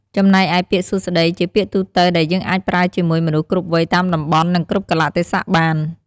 ចំណែកឯពាក្យ សួស្ដី ជាពាក្យទូទៅដែលយើងអាចប្រើជាមួយមនុស្សគ្រប់វ័យតាមតំបន់ និងគ្រប់កាលៈទេសៈបាន។